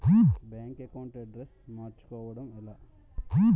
Bank account address మార్చుకోవడం ఎలా?